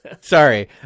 Sorry